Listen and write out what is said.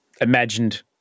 imagined